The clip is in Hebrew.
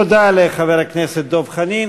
תודה לחבר הכנסת דב חנין.